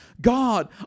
God